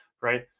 right